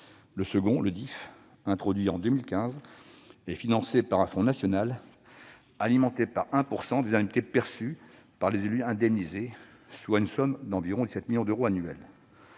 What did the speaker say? des élus, ou DIFE, introduit en 2015, est financé par un fonds national, alimenté par 1 % des indemnités perçues par les élus indemnisés, soit une somme de 17 millions d'euros annuels.